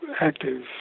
active